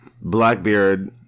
Blackbeard